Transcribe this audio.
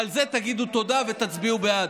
על זה תגידו תודה ותצביעו בעד.